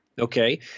Okay